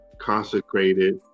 consecrated